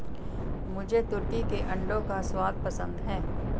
मुझे तुर्की के अंडों का स्वाद पसंद है